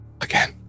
again